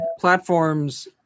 platforms